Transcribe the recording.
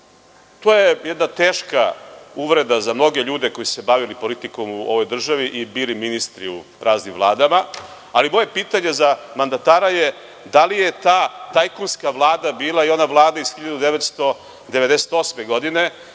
To je teška uvreda za mnoge ljude koji su se bavili politikom u ovoj državi i bili ministri u raznim vladama, ali moje pitanje za mandatara je – da li je ta tajkunska vlada bila i ona vlada iz 1998. godine,